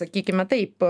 sakykime taip